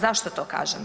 Zašto to kažem?